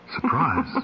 surprise